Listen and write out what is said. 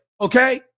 okay